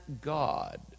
God